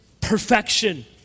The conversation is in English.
perfection